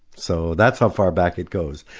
so that's how far back it goes.